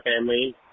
family